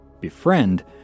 befriend